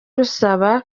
rusaba